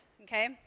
Okay